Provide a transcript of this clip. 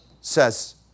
says